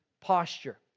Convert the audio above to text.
posture